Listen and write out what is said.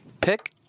Pick